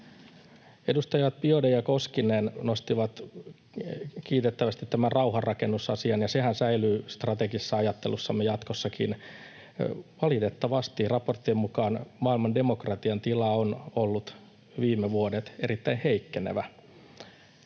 Edustajat Biaudet ja Koskinen nostivat kiitettävästi tämän rauhanrakennusasian, ja sehän säilyy strategisessa ajattelussamme jatkossakin. Valitettavasti raporttien mukaan maailman demokratian tila on ollut viime vuodet erittäin heikkenevä.